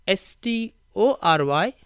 s-t-o-r-y